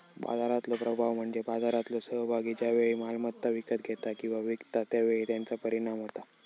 बाजारातलो प्रभाव म्हणजे बाजारातलो सहभागी ज्या वेळी मालमत्ता विकत घेता किंवा विकता त्या वेळी त्याचा परिणाम होता